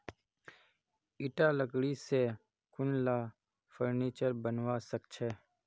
ईटा लकड़ी स कुनला फर्नीचर बनवा सख छ